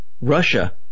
Russia